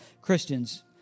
Christians